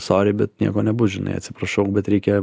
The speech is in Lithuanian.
sori bet nieko nebus žinai atsiprašau bet reikia